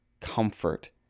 comfort